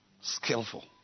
skillful